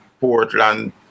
Portland